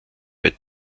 bei